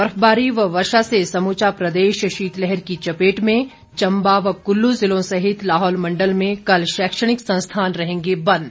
बर्फबारी व वर्षा से समूचा प्रदेश शीतलहर की चपेट में चंबा व कुल्लू जिलों सहित लाहौल मंडल में कल शैक्षणिक संस्थान रहेंगे बंद